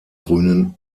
grünen